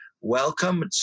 welcome